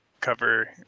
cover